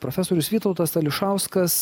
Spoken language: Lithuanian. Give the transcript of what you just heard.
profesorius vytautas ališauskas